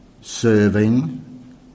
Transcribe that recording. serving